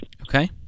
Okay